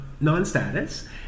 non-status